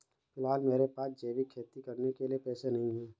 फिलहाल मेरे पास जैविक खेती करने के पैसे नहीं हैं